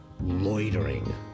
loitering